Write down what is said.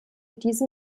diesem